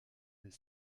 des